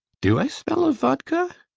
do i smell of vodka?